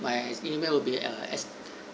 my email will be err as